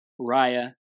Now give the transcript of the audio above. Raya